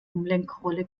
umlenkrolle